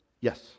yes